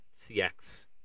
CX